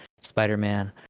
spider-man